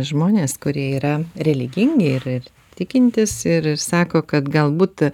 žmonės kurie yra religingi ir ir tikintys ir sako kad galbūt